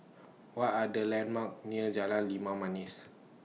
What Are The landmarks near Jalan Limau Manis